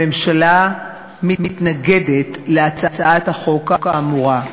הממשלה מתנגדת להצעת החוק האמורה.